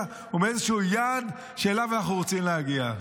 או מאיזשהו יעד שאליו אנחנו רוצים להגיע.